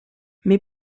mais